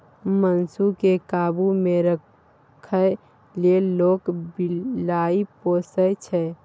मुस केँ काबु मे राखै लेल लोक बिलाइ पोसय छै